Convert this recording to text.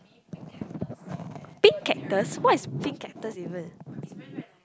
pink cactus what is pink cactus even